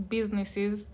Businesses